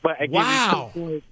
Wow